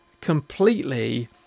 completely